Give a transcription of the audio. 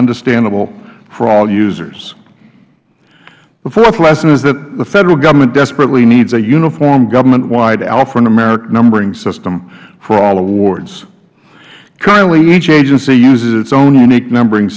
understandable for all users the fourth lesson is that the federal government desperately needs a uniform governmentwide alphanumeric numbering system for all awards currently each agency uses its own unique numbering